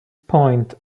point